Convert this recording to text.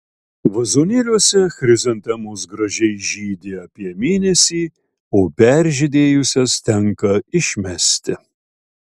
vazonėliuose chrizantemos gražiai žydi apie mėnesį o peržydėjusias tenka išmesti